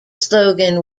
slogan